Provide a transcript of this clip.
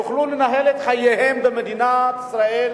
הם יוכלו לנהל את חייהם במדינת ישראל,